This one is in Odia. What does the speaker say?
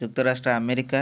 ଯୁକ୍ତରାଷ୍ଟ୍ର ଆମେରିକା